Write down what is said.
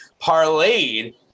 parlayed